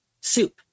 soup